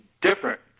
different